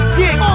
dick